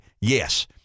yes